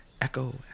echo